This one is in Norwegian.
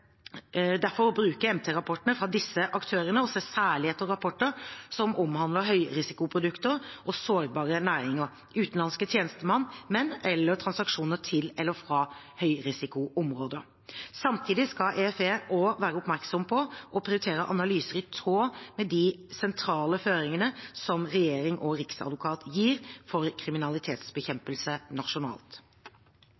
aktørene og ser særlig etter rapporter som omhandler høyrisikoprodukter og sårbare næringer, utenlandske tjenestemenn eller transaksjoner til eller fra høyrisikoområder. Samtidig skal EFE også være oppmerksom på og prioritere analyser i tråd med de sentrale føringene som regjeringen og Riksadvokaten gir for